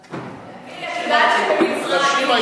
את יודעת שבמצרים,